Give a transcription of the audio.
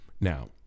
Now